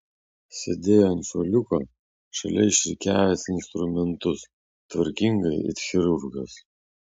sėdėjo ant suoliuko šalia išrikiavęs instrumentus tvarkingai it chirurgas